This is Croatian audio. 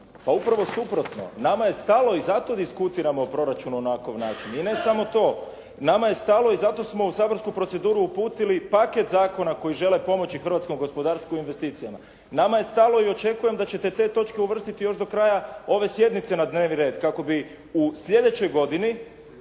Pa upravo suprotno, nama je stalo i zato diskutiramo o proračunu na ovakav način. I ne samo to, nama je stalo i zato smo u saborsku proceduru uputili paket zakona koji žele pomoći hrvatsko gospodarstvo investicijama. Nama je stalo i očekujem da ćete te točke uvrstiti još do kraja ove sjednice na dnevni red kako bi u sljedećoj godini